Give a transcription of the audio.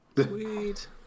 Sweet